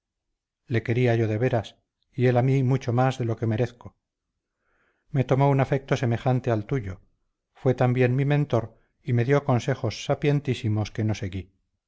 le quería yo de veras y él a mí mucho más de lo que merezco me tomó un afecto semejante al tuyo fue también mi mentor y me dio consejos sapientísimos que no seguí